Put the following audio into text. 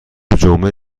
جمعه